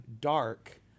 dark